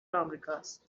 امریکاست